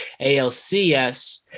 ALCS